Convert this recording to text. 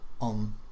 on